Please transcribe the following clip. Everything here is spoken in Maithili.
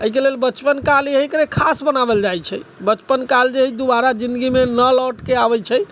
एहिके लेल बचपन काल इहेके लेल खास बनाओल जाइ छै बचपन काल एहि दुआरे जिनगी मे ना लौट के आबै छै